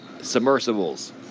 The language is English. submersibles